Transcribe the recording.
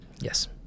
Yes